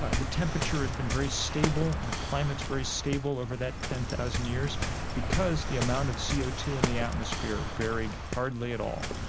ah the temperature has been very stable and the climate's very stable over that ten thousand years because the amount of c o two in the atmosphere varied hardly at all.